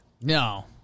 No